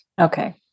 Okay